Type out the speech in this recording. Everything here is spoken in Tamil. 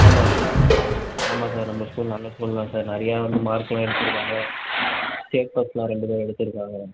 ஆமாம் சார் ஆமாம் சார் ஆமாம் சார் நம்ம ஸ்கூல் நல்ல ஸ்கூல் தான் சார் நிறையா வந்து மார்க்கெலாம் எடுத்திருக்காங்க ஸ்டேட் ஃபஸ்ட்டெலாம் ரெண்டு பேர் எடுத்திருக்காங்க